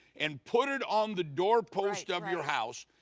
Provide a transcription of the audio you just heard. and put it on the door post of your house,